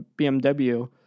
BMW